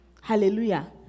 Hallelujah